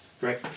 Great